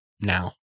now